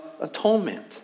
Atonement